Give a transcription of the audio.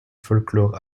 folklore